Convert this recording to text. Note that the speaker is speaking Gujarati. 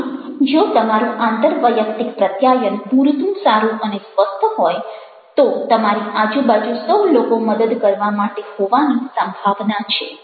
આથી જો તમારું આંતરવૈયક્તિક પ્રત્યાયન પૂરતું સારું અને સ્વસ્થ હોય તો તમારી આજુબાજુ સૌ લોકો મદદ કરવા માટે હોવાની સંભાવના છે